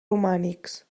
romànics